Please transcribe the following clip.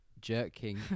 Jerking